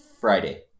friday